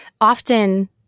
Often